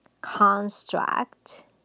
construct